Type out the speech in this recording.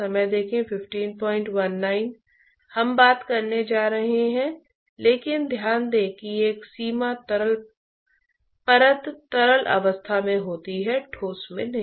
मान लीजिए कि हम एक मनमानी वस्तु लेते हैं और हम कहते हैं कि सतह का तापमान Ts पर बना रहता है यह एक ठोस है